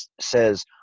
says